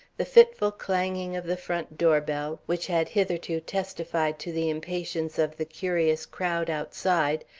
the fitful clanging of the front door bell, which had hitherto testified to the impatience of the curious crowd outside,